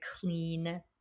clean